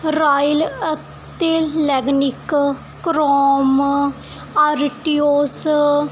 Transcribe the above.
royal ਅਤੇ ਲੈਗਨਿਕ chrome ਆਰਟੀਓਸ